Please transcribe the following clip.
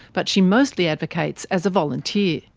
but she mostly advocates as a volunteer.